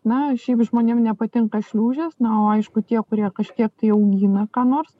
na šiaip žmonėm nepatinka šliužas na o aišku tie kurie kažkiek tai augina ką nors